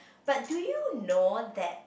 but do you know that